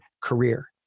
career